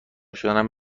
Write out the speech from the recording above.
شدنم